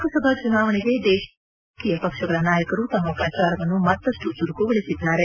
ಲೋಕಸಭಾ ಚುನಾವಣೆಗೆ ದೇಶಾದ್ಯಂತ ಪಲವು ರಾಜಕೀಯ ಪಕ್ಷಗಳ ನಾಯಕರು ತಮ್ಮ ಪ್ರಜಾರವನ್ನು ಮತ್ತಷ್ಟು ಚುರುಕುಗೊಳಿಸಿದ್ದಾರೆ